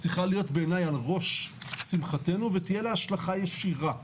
צריכה להיות בעיני על ראש שמחתנו ותהיה לה השלכה ישירה,